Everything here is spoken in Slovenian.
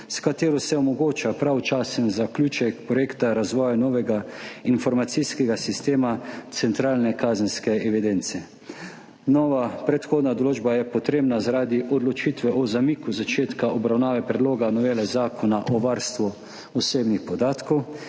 s katero se omogoča pravočasen zaključek projekta razvoja novega informacijskega sistema centralne kazenske evidence. Nova prehodna določba je potrebna zaradi odločitve o zamiku začetka obravnave predloga novele Zakona o varstvu osebnih podatkov,